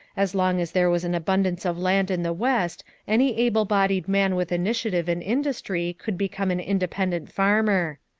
as long as there was an abundance of land in the west any able-bodied man with initiative and industry could become an independent farmer.